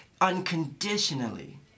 unconditionally